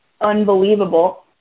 unbelievable